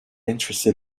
interested